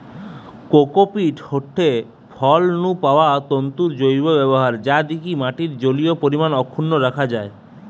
cocopeat হয়ঠে ফল নু পাওয়া তন্তুর জৈব ব্যবহার যা দিকি মাটির জলীয় পরিমাণ অক্ষুন্ন রাখা যায়